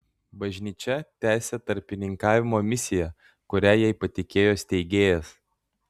bažnyčia tęsia tarpininkavimo misiją kurią jai patikėjo steigėjas